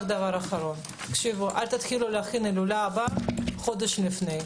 רק דבר אחרון: אל תתחילו להכין את ההילולה הבאה חודש לפני.